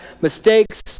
mistakes